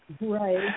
Right